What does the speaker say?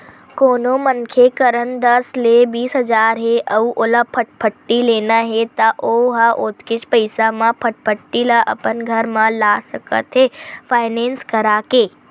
कोनो मनखे करन दस ले बीस हजार हे अउ ओला फटफटी लेना हे त ओ ह ओतकेच पइसा म फटफटी ल अपन घर म लान सकत हे फायनेंस करा के